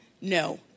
No